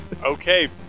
Okay